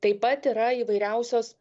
taip pat yra įvairiausios